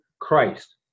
Christ